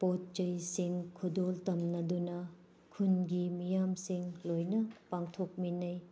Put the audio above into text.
ꯄꯣꯠ ꯆꯩꯁꯤꯡ ꯈꯨꯗꯣꯜ ꯇꯝꯅꯗꯨꯅ ꯈꯨꯟꯒꯤ ꯃꯤꯌꯥꯝꯁꯤꯡ ꯂꯣꯏꯅ ꯄꯥꯡꯊꯣꯛꯃꯤꯟꯅꯩ